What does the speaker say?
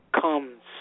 comes